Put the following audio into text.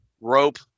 rope